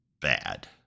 bad